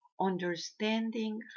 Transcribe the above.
understanding